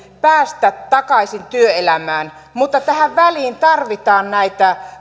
päästä takaisin työelämään mutta tähän väliin tarvitaan näitä